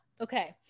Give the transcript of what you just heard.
Okay